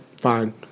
Fine